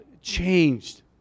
changed